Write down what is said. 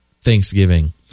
Thanksgiving